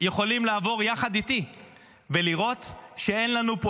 יכולים לעבור יחד איתי ולראות שאין לנו פה